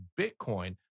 Bitcoin